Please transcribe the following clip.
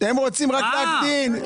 הם רוצים רק להקטין.